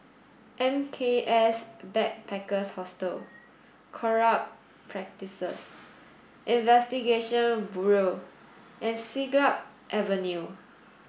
M K S Backpackers Hostel Corrupt Practices Investigation Bureau and Siglap Avenue